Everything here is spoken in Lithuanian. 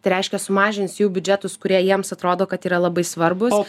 tai reiškia sumažins jų biudžetus kurie jiems atrodo kad yra labai svarbūs